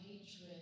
hatred